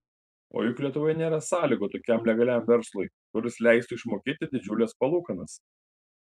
o juk lietuvoje nėra sąlygų tokiam legaliam verslui kuris leistų išmokėti didžiules palūkanas